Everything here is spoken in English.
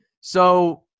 So-